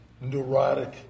neurotic